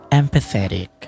empathetic